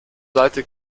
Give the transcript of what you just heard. seite